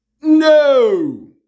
no